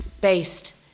based